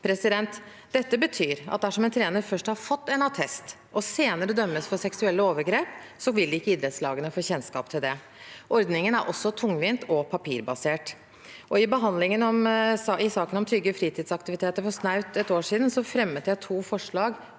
forhold. Det betyr at dersom en trener først har fått en attest og senere dømmes for seksuelle overgrep, vil ikke idrettslagene få kjennskap til det. Ordningen er også tungvint og papirbasert. I behandlingen av saken om trygge fritidsaktiviteter for snaut et år siden fremmet jeg to forslag